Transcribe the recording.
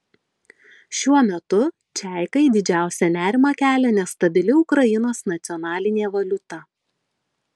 šiuo metu čeikai didžiausią nerimą kelia nestabili ukrainos nacionalinė valiuta